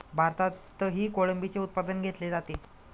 भारतातही कोळंबीचे उत्पादन घेतले जाते